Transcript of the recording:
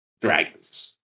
dragons